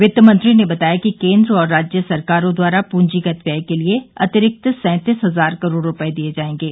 वित्तमंत्री ने बताया कि केन्द्र और राज्य सरकारों द्वारा पूंजीगत व्यय के लिए अतिरिक्त सैंतीस हजार करोड रूपये दिये जायेंगे